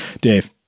Dave